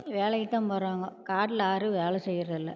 வேலைக்குதான் போகிறாங்கோ காட்டில் யாரும் வேலை செய்கிறல்ல